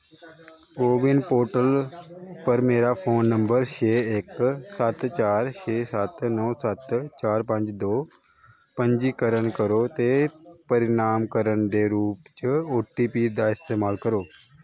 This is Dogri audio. को विन पोर्टल पर मेरा फोन नंबर छे इक सत्त चार छे सत्त नौ सत्त चार पंज दो पंजीकरण करो ते परिणामकरण दे रूप च ओ टी पी दा इस्तमाल करो